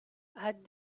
had